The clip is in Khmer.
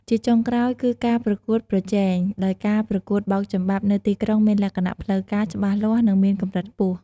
ជាចុងក្រោយ គឺការប្រកួតប្រជែង ដោយការប្រកួតបោកចំបាប់នៅទីក្រុងមានលក្ខណៈ ផ្លូវការ ច្បាស់លាស់ និងមានកម្រិតខ្ពស់។